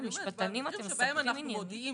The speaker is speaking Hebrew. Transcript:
לא זכרתי את העניין